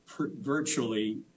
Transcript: virtually